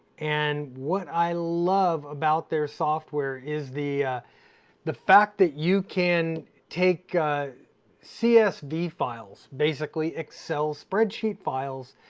and what i love about their software is the the fact that you can take csv files, basically excel spreadsheet files,